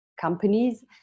companies